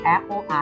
Apple